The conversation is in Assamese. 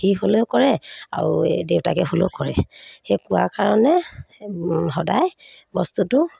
সি হ'লেও কৰে আৰু দেউতাকে হ'লেও কৰে সেই কোৱা কাৰণে সদায় বস্তুটো